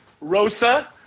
Rosa